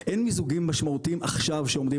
אבל אין מיזוגים משמעותיים עכשיו שעומדים